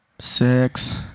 six